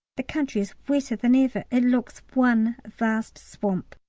the country is wetter than ever it looks one vast swamp.